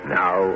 now